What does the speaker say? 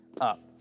up